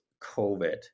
COVID